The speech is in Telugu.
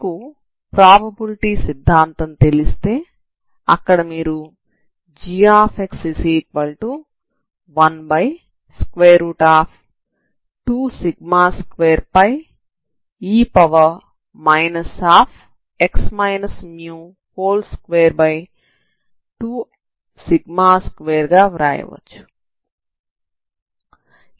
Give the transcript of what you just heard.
మీకు ప్రాబబిలిటీ సిద్ధాంతం తెలిస్తే అక్కడ మీరు gx12σ2e x μ222గా వ్రాయవచ్చు